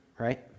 Right